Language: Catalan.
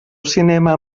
cinema